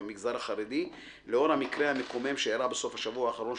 המגזר החרדי לאור המקרה המקומם שאירע בסוף השבוע האחרון.